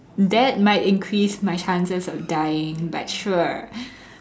that might increase my chances of dying but sure